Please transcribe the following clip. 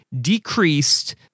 decreased